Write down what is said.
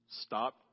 Stop